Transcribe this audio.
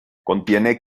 contiene